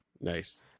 Nice